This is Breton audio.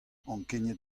ankeniet